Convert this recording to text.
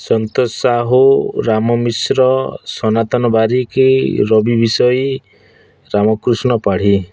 Santosh Sahu Ram Mishra Sanatan Barik Rabi Bishoi Ramakrishna Padhi